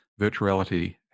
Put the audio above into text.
virtuality